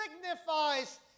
signifies